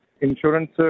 Insurance